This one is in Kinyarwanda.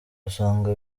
usanga